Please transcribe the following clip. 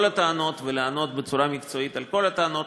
הטענות ולענות בצורה מקצועית על כל הטענות,